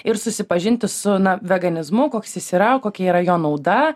ir susipažinti su na veganizmu koks jis yra kokia yra jo nauda